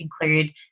include